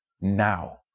now